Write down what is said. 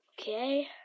Okay